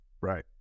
Right